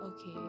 Okay